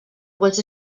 was